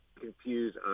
confuse